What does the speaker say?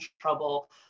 trouble